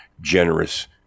generous